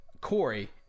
Corey